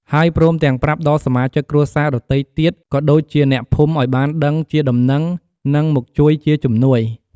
ហើយព្រមទាំងប្រាប់ដល់សមាជិកគ្រួសារដទៃទៀតក៏ដូចជាអ្នកភូមិឲ្យបានដឹងជាដំណឹងនិងមកជួយជាជំនួយ។